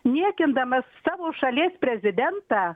niekindamas savo šalies prezidentą